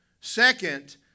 Second